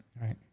Right